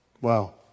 Wow